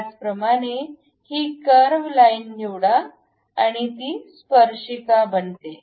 त्याचप्रमाणे ही curve line निवडा आणि ती स्पर्शिका बनते